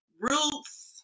roots